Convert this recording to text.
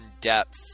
depth